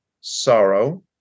sorrow